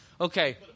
Okay